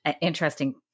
interesting